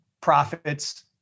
profits